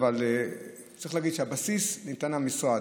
אבל צריך להגיד שאת הבסיס נתן המשרד.